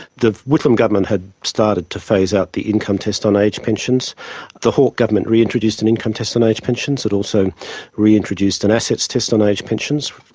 the whitlam government had started to phase out the income test on age pensions the hawke government reintroduced an income test on age pensions, it also reintroduced an assets test on age pensions,